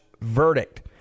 verdict